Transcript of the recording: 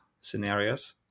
scenarios